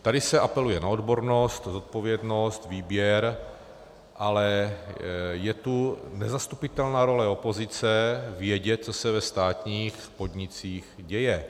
Tady se apeluje na odbornost, zodpovědnost, výběr, ale je tu nezastupitelná role opozice vědět, co se ve státních podnicích děje.